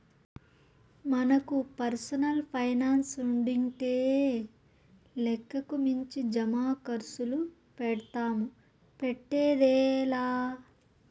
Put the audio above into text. మనకు పర్సనల్ పైనాన్సుండింటే లెక్కకు మించి జమాకర్సులు పెడ్తాము, పెట్టేదే లా